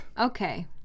Okay